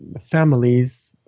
families